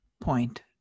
point